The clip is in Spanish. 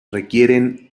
requieren